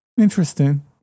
Interesting